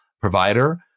provider